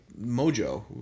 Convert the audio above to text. Mojo